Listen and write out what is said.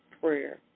prayer